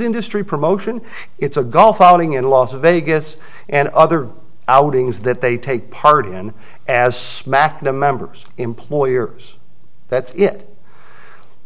industry promotion it's a golf outing in las vegas and other outings that they take part in as smack to members employers that's it